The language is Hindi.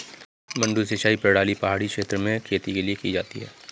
मडडू सिंचाई प्रणाली पहाड़ी क्षेत्र में खेती के लिए की जाती है